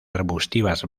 arbustivas